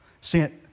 sent